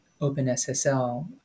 OpenSSL